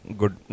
good